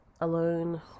alone